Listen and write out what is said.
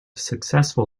successful